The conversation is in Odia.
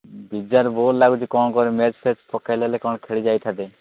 ବିଜାର ବୋର୍ ଲାଗୁଛି କ'ଣ କରିବି ମ୍ୟାଚ୍ଫ୍ୟାଚ୍ ପକେଇଲେ ହେଲେ ଖେଳି ଯାଇଥାନ୍ତି